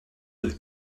deux